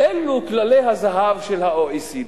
אלו כללי הזהב של ה-OECD,